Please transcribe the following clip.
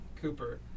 Cooper